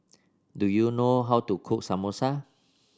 do you know how to cook Samosa